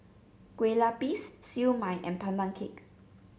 Kueh Lapis Siew Mai and Pandan Cake